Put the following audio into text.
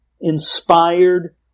inspired